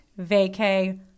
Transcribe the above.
vacay